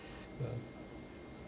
ah